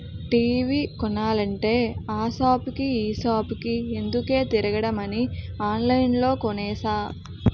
TV కొనాలంటే ఆ సాపుకి ఈ సాపుకి ఎందుకే తిరగడమని ఆన్లైన్లో కొనేసా